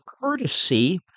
courtesy